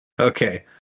Okay